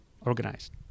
organized